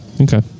Okay